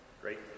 Great